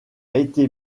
été